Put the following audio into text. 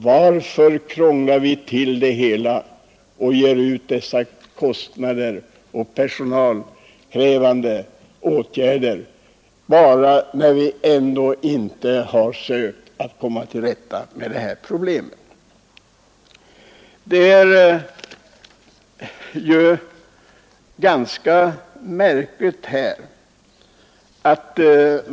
Varför krånglar vi till det hela, varför ger vi ut dessa belopp och varför vidtar vi dessa personalkrävande åtgärder, när vi ändå inte har sökt att komma till rätta med det verkliga problemet: rättshjälp och likhet inför lag och rätt.